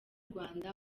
rwanda